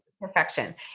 perfection